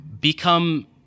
become